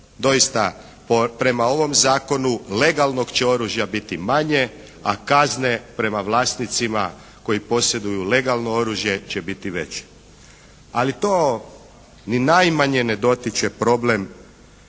Doista prema ovom zakonu, legalnog će oružja biti manje, a kazne prema vlasnicima koji posjeduju legalno oružje će biti veće. Ali to ni najmanje ne dotiče problem